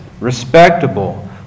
respectable